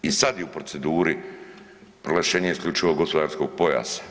I sad je u proceduri proglašenje isključivog gospodarskog pojasa.